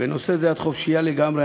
בנושא זה את חופשייה לגמרי.